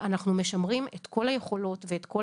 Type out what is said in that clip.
אנחנו משמרים את כל היכולות ואת כל